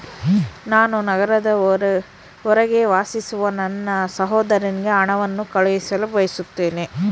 ನಾನು ನಗರದ ಹೊರಗೆ ವಾಸಿಸುವ ನನ್ನ ಸಹೋದರನಿಗೆ ಹಣವನ್ನು ಕಳುಹಿಸಲು ಬಯಸುತ್ತೇನೆ